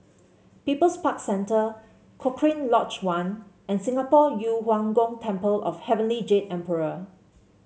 People's Park Center Cochrane Lodge One and Singapore Yu Huang Gong Temple of Heavenly Jade Emperor